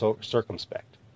circumspect